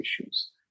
issues